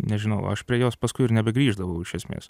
nežinau aš prie jos paskui ir nebegrįždavau iš esmės